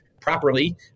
properly